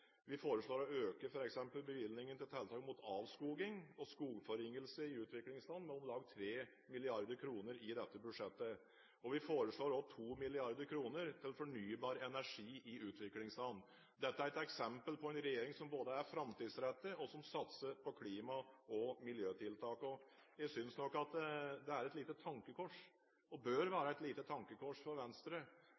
vi foreslår å øke f.eks. bevilgningene til tiltak mot avskoging og skogforringelse i utviklingsland med om lag 3 mrd. kr. i dette budsjettet. Vi forslår også 2 mrd. kr. til fornybar energi i utviklingsland. Dette er et eksempel på en regjering som både er framtidsrettet, og som satser på klima og miljøtiltak. Jeg synes nok det er et lite tankekors – og bør